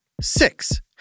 six